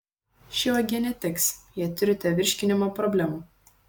ši uogienė tiks jei turite virškinimo problemų